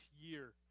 year